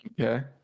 Okay